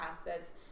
assets